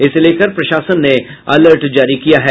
इसे लेकर प्रशासन ने अलर्ट जारी किया है